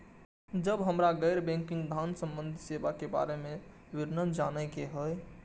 जब हमरा गैर बैंकिंग धान संबंधी सेवा के बारे में विवरण जानय के होय?